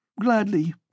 gladly